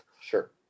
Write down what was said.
Sure